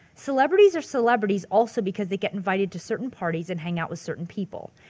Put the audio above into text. celebrities are celebrities also because they get invited to certain parties and hang out with certain people.